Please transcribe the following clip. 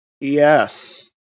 Yes